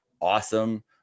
awesome